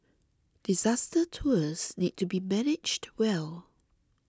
disaster tours need to be managed well